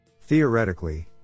Theoretically